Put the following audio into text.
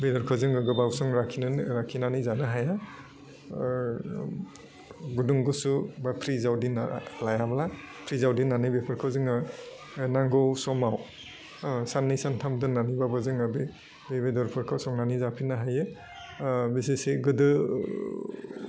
बेदरखौ जोङो गोबाव सम लाखिनोनो लाखिनानै जानो हाया ओह गुदुं गुसु बा प्रिजाव दोनना लायाबा प्रिजाव दोननानै बेफोरखौ जोङो ओह नांगौ समाव ओह साननै सानथाम दोननानैबाबो जोङो बे बेदरफोरखौ संनानै जाफिननो हायो ओह बिसेसयै गोदो